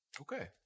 Okay